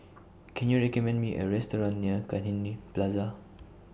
Can YOU recommend Me A Restaurant near Cairnhill Plaza